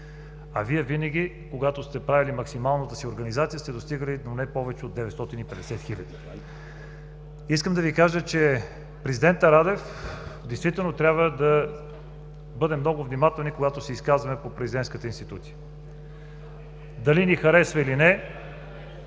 А Вие винаги, когато сте правили максималната си организация, сте достигали до не повече от 950 хиляди. Искам да Ви кажа, че действително трябва да бъдем много внимателни, когато се изказваме по президентската институция. Дали ни харесва или не,